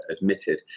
admitted